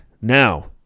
Now